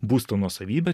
būsto nuosavybė